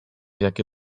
jakie